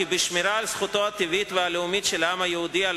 כי בשמירה על זכותו הטבעית והלאומית של העם היהודי על